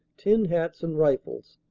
tin hats and rifles,